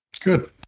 Good